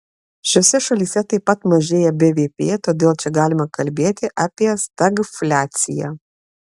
šiose šalyse taip pat mažėja bvp todėl čia galima kalbėti apie stagfliaciją